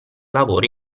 lavoro